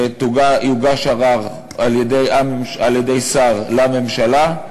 שיוגש ערר על-ידי שר לממשלה,